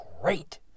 great